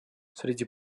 среди